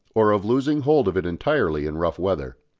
or of losing hold of it entirely in rough weather.